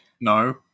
No